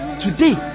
today